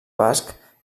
basc